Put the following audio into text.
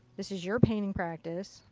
this is your painting practice,